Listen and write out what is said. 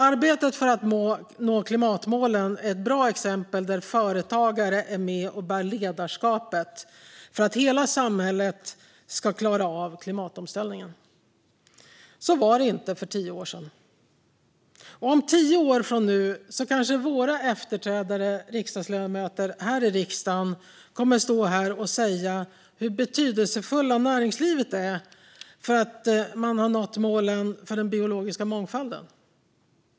Arbetet för att nå klimatmålen är ett bra exempel där företagare är med och bär ledarskapet för att hela samhället ska klara klimatomställningen. Så var det inte för tio år sedan. Om tio år kommer kanske våra efterträdare här i riksdagen att stå här och tala om hur betydelsefullt näringslivet varit för att nå målen för den biologiska mångfalden.